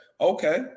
okay